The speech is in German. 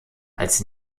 als